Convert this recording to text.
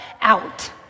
out